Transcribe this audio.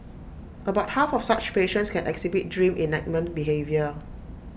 about half of such patients can exhibit dream enactment behaviour